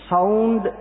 Sound